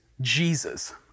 Jesus